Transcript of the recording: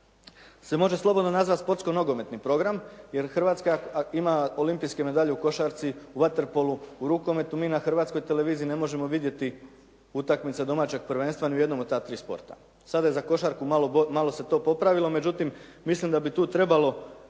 se može slobodno nazvati sportsko-nogometni program jer Hrvatska ima olimpijske medalje u košarci, u vaterpolu, u rukometu. Mi na Hrvatskoj televiziji ne možemo vidjeti utakmice domaćeg prvenstva ni u jednom od ta tri sporta. Sada je za košarku malo se to popravilo. Međutim, mislim da bi tu trebalo